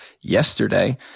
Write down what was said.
yesterday